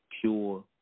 pure